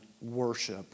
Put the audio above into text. worship